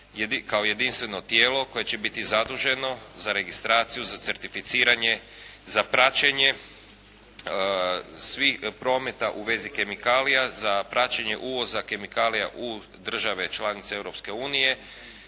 kao jedinstveno tijelo koje će biti zaduženo za registraciju, certificiranje, za praćenje svih prometa u vezi kemikalija, za praćenje uvoza kemikalija u države članice